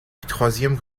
troisième